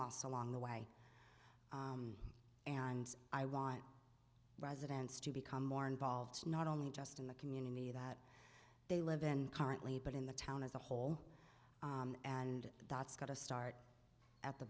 lost along the way and i want residents to become more involved not only just in the community that they live in currently but in the town as a whole and that's got to start at the